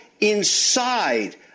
inside